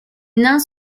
nains